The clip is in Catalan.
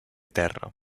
terra